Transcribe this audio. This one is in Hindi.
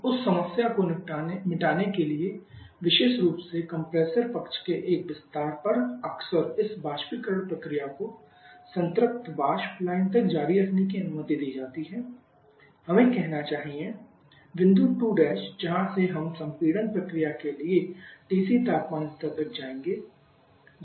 उस समस्या को मिटाने के लिए विशेष रूप से कंप्रेसर पक्ष के एक विस्तार पर अक्सर इस वाष्पीकरण प्रक्रिया को संतृप्त वाष्प लाइन तक जारी रखने की अनुमति दी जाती है हमें कहना चाहिए बिंदु 2' जहां से हम संपीडन प्रक्रिया के लिए TC तापमान स्तर तक जाएंगे